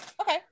Okay